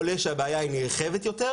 עולה שהבעיה היא נרחבת יותר,